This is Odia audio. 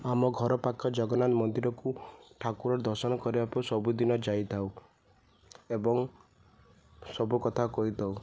ଆମ ଘର ପାଖ ଜଗନ୍ନାଥ ମନ୍ଦିରକୁ ଠାକୁର ଦର୍ଶନ କରିବାକୁ ସବୁଦିନ ଯାଇଥାଉ ଏବଂ ସବୁ କଥା କହିଥାଉ